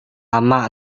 lama